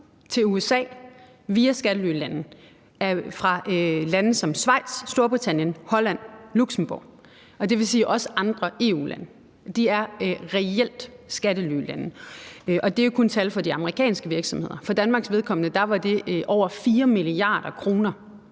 til USA via skattelylande som Schweiz, Storbritannien, Holland og Luxembourg, og det vil sige, at der også er tale om andre EU-lande, som reelt er skattelylande. Og det er jo kun tal for de amerikanske virksomheder. For Danmarks vedkommende er det over 4 mia. kr.,